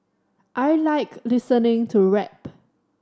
I like listening to rap